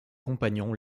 compagnons